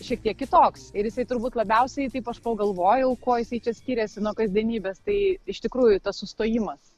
šiek tiek kitoks ir jisai turbūt labiausiai taip aš pagalvojau kuo jisai čia skiriasi nuo kasdienybės tai iš tikrųjų tas sustojimas